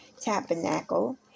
tabernacle